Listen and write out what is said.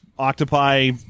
octopi